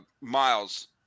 Miles